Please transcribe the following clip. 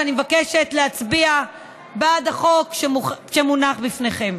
ואני מבקשת להצביע בעד החוק שמונח בפניכם.